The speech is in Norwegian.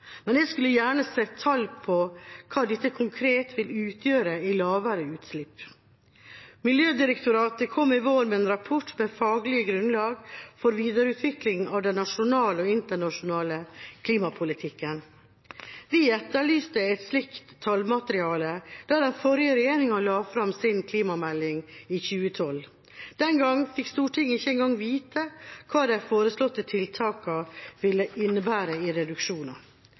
men jeg skulle gjerne sett tall på hva dette konkret vil utgjøre i lavere utslipp. Miljødirektoratet kom i vår med en rapport med faglig grunnlag for videreutvikling av den nasjonale og internasjonale klimapolitikken. Vi etterlyste et slikt tallmateriale da den forrige regjeringa la fram sin klimamelding i 2012. Den gang fikk Stortinget ikke engang vite hva de foreslåtte tiltakene ville innebære i reduksjoner.